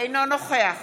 אינו נוכח